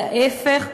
להפך.